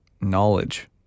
knowledge